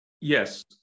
Yes